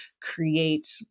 create